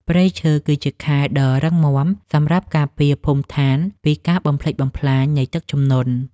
ព្រៃឈើគឺជាខែលដ៏រឹងមាំសម្រាប់ការពារភូមិឋានពីការបំផ្លិចបំផ្លាញនៃទឹកជំនន់។